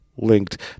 linked